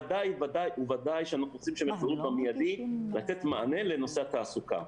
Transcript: בוודאי שאנחנו רוצים שהם יחזרו במידי לתת מענה לנושא התעסוקה.